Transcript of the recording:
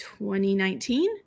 2019